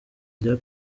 rya